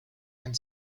and